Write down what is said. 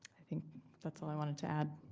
i think that's all i wanted to add.